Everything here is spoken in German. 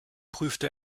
prüfte